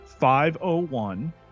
501